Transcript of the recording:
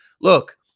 look